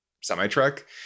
semi-truck